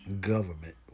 government